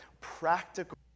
practical